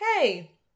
hey